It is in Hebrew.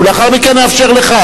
ולאחר מכן נאפשר לך.